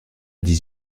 dix